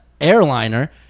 airliner